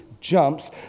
jumps